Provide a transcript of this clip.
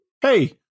Hey